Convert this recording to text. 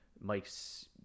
Mike's